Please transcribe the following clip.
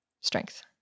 Strength